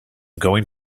going